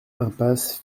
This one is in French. impasse